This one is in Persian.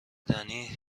دنی